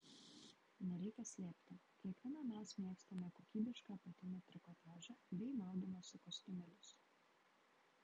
nereikia slėpti kiekviena mes mėgstame kokybišką apatinį trikotažą bei maudymosi kostiumėlius